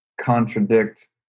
contradict